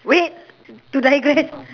wait to digress